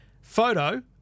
Photo